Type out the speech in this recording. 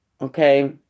Okay